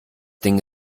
ding